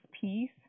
piece